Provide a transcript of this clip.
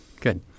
Good